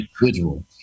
individual